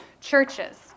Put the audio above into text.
churches